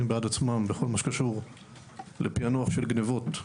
בעד עצמם בכל מה שקשור בפענוח של גנבות,